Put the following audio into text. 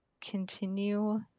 continue